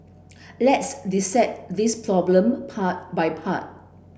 let's dissect this problem part by part